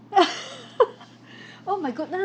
oh my goodness